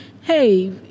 hey